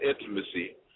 intimacy